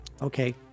Okay